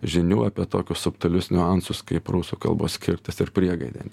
žinių apie tokius subtilius niuansus kaip prūsų kalbos kirtis ir priegaidė